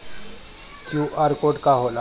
QR code का होला?